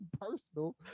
personal